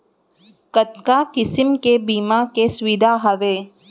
कतका किसिम के बीमा के सुविधा हावे?